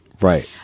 right